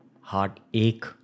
heartache